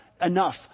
enough